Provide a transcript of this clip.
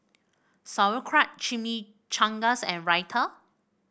Sauerkraut Chimichangas and Raita